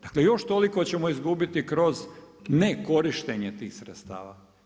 Dakle, još toliko ćemo izgubiti ne korištenje tih sredstava.